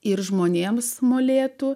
ir žmonėms molėtų